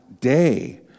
day